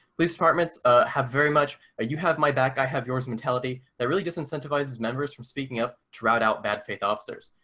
police departments ah have very much, you have my back, i have yours mentality that really disincentives members from speaking up dried out bad faith officers.